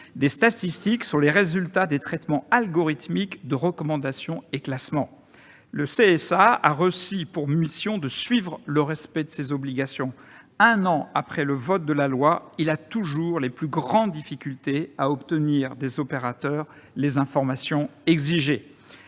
des statistiques sur les résultats des traitements algorithmiques de recommandation et de classement. Le CSA a reçu pour mission de suivre le respect de ces obligations. Un an après le vote de la loi, il a toujours les plus grandes difficultés à obtenir des opérateurs les informations exigées.